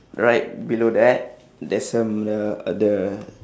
right below that there's um the uh the